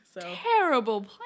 Terrible